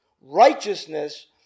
righteousness